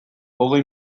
hogei